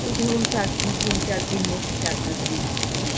ওই ধরুন চার দিন তিন চার দিন হোক চার পাঁচ দিন এরকম